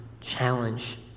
challenge